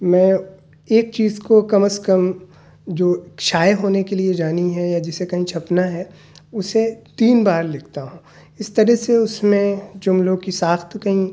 میں ایک چیز کو کم اَز کم جو شائع ہونے کے لیے جانی ہے یا جسے کہیں چھپنا ہے اسے تین بار لکھتا ہوں اس طرح سے اس میں جملوں کی ساخت کہیں